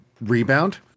rebound